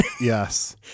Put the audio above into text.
Yes